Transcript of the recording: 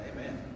Amen